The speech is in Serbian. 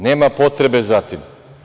Nema potrebe za tim.